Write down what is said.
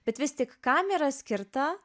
bet vis tik kam yra skirta